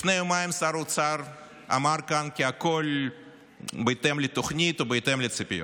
לפני יומיים שר האוצר אמר כאן כי הכול בהתאם לתוכנית או בהתאם לציפיות.